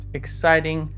exciting